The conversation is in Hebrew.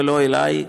ולא אלי,